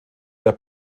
der